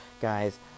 Guys